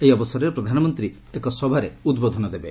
ଏହି ଅବସରରେ ପ୍ରଧାନମନ୍ତ୍ରୀ ଏକ ସଭାରେ ଉଦ୍ବୋଧନ ଦେବେ